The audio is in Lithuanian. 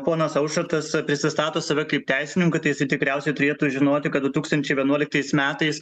ponas aušrotas pristato save kaip teisininku tai jisai tikriausiai turėtų žinoti kad du tūkstančiai vienuoliktais metais